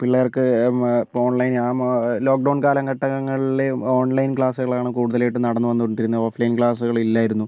പിള്ളേർക്ക് online lockdown കാല ഘട്ടങ്ങളിൽ ഓൺലൈൻ ക്ലാസുകളാണ് കൂടുതലായിട്ടും നടന്ന് വന്നു കൊണ്ടിരുന്നത് ഓഫ് ലൈൻ ക്ലാസുകൾ ഇല്ലായിരുന്നു